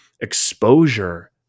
exposure